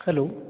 hello